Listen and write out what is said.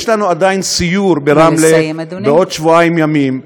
יש לנו עדיין סיור ברמלה בעוד שבועיים ימים.